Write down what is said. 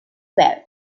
belt